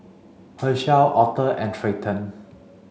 Hershell Octa and Treyton